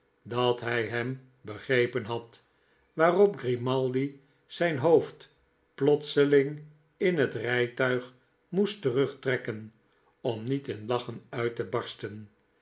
dat hij hem begrepen had waarop grimaldi zijn hoofd plotseling in het rijtuig moest terugt rekken om niet in lachen uit te barsten